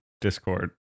Discord